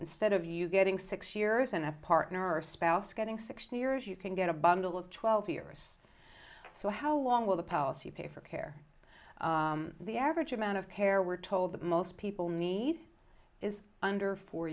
instead of you getting six years in a partner or spouse getting sixty years you can get a bundle of twelve years so how long will the policy pay for care the average amount of care we're told that most people need is under four